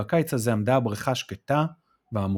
בקיץ הזה עמדה הברכה שקטה ועמקה,